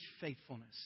faithfulness